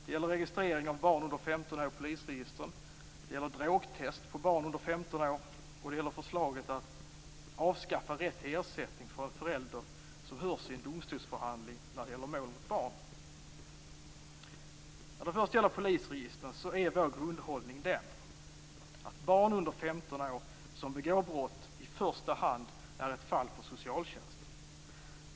Det gäller registrering av barn under 15 år i polisregistren, drogtest på barn under 15 år och förslaget att avskaffa rätt till ersättning för en förälder som hörs i en domstolsförhandling när det gäller mål mot barnet. Beträffande polisregistren är vår grundhållning att barn under 15 år som begår brott i första hand är ett fall för socialtjänsten.